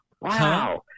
Wow